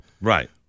Right